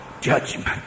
judgment